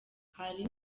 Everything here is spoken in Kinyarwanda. hari